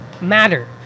matter